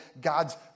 God's